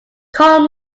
call